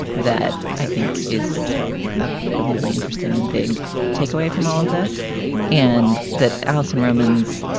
that, i think is a really interesting and big takeaway from all of this and that. alison romans,